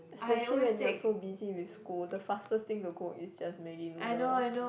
especially when you're so busy with school the fastest thing to cook is just maggi noodle